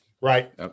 Right